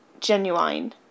Genuine